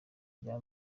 rya